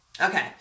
Okay